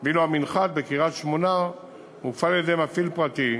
ואילו המנחת בקריית-שמונה מופעל על-ידי מפעיל פרטי,